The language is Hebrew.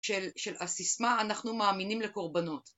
‫של הסיסמה, אנחנו מאמינים לקורבנות.